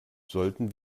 sollten